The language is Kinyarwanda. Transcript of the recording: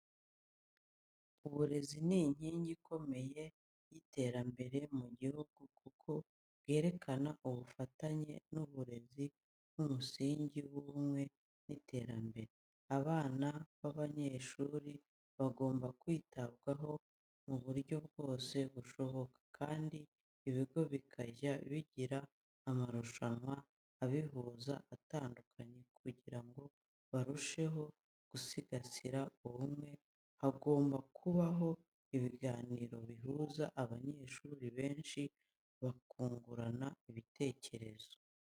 Uburezi ni inkingi ikomeye y'iterambere mu gihugu kuko bwerekana ubufatanye n’uburezi nk’umusingi w’ubumwe n’iterambere. Abana b'abanyeshuri bagomba kwitabwaho mu buryo bwose bushoboka kandi ibigo bikajya bigira amarushanwa abihuza atandukanye kugira ngo barusheho gusigasira ubumwe, hagomba kubaho ibiganiro bihuza abanyeshuri benshi bakungurana ibitekerezo.